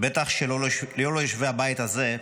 בטח לא ליושבי הבית הזה,